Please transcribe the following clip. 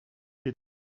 bit